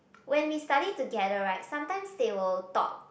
when we study together right sometimes they will talk